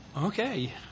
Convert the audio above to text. Okay